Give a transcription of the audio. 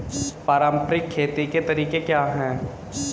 पारंपरिक खेती के तरीके क्या हैं?